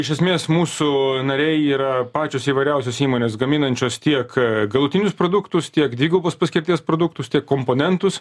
iš esmės mūsų nariai yra pačios įvairiausios įmonės gaminančios tiek galutinius produktus tiek dvigubos paskirties produktus tiek komponentus